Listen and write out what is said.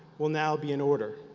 will now be in order.